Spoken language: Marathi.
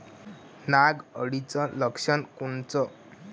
नाग अळीचं लक्षण कोनचं?